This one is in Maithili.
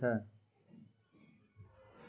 मकई कांटे ले ली कोनो यंत्र एडवांस मे अल छ?